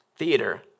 Theater